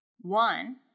One